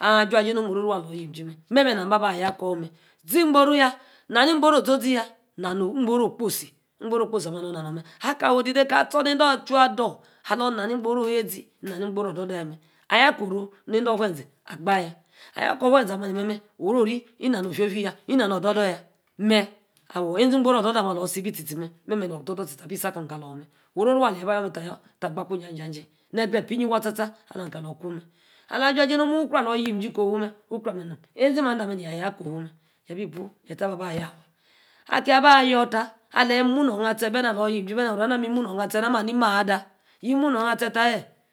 aha ajua-jie nomu-mu meh. memeh nami aba-ayor akor meh. ze-igboru yaa. na-ni igboru oȝo-ri yaa. na-ni igbor okposi-igboru okposi ameh na-ni. igboru okposi. ala awu odide. aka atsor ajua. adull na nor nani igboru yioe-ȝi. na-ni igboru. odw-duu yaa meh. aya. aki ende-ofuu-eeh eȝe. abayaa. ayor. aka oru. nede-ofuu-eȝee agba-yaa. ayor aka ofuu eeh-eȝee ameh oro-ri ina-oh ofio-fie yaa ina-nor odull-chuu jaa. meh awor wey-eȝi-igboru oh duu-duu ameh alor si bi. tietie meh. memeh. oh-oduu-oduu tie-tie abi-si akor kalam meh orori waa. aleyi tah ba. yor meh. tah gba-ikwa aweyi-ija-jie. ne-gre-epa eyi-yi waah tar-tar. alam. kalor. iku meh. alah ajua. jie nomu-mu. ukro. alor yim jim ko-huu. meh ukro. amer-nom. ezi-mande. amer negi ayaa ko-huu mer. yabi. buu eta-ba-bayor. akia. aba-ayor otah. aleyi munor atie. bene. alor yim jim oru-na mi-munor atie na. ni maa-ada. yi-munor atie-tah heeh